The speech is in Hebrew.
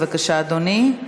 בבקשה, אדוני.